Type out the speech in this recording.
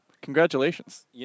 congratulations